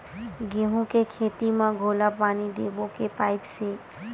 गेहूं के खेती म घोला पानी देबो के पाइप से?